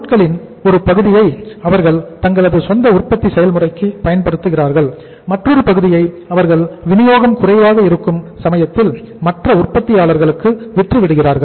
பொருட்களின் ஒரு பகுதியை அவர்கள் தங்களது சொந்த உற்பத்தி செயல்முறைக்கு பயன்படுத்துகிறார்கள் மற்றொரு பகுதியை அவர்கள் வினியோகம் குறைவாக இருக்கும் சமயத்தில் மற்ற உற்பத்தியாளர்களுக்கு விற்றுவிடுகிறார்கள்